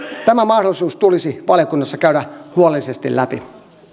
tämä mahdollisuus tulisi valiokunnassa käydä huolellisesti läpi